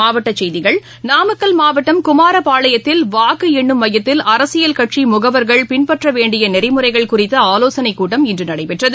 மாவட்டச் செய்திகள் நாமக்கல் மாவட்டம் குமாரப்பாளையத்தில் வாக்குஎன்னும் மையத்தில் அரசியல் கட்சிமுகவர்கள் பின்பற்றவேண்டியநெறிமுறைகள் குறித்தஆலோசனைக்கூட்டம் இன்றுநடைபெற்றது